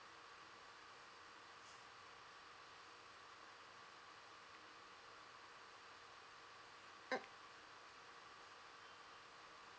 mm